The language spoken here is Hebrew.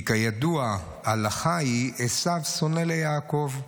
כי כידוע הלכה היא: עשו שונא ליעקב.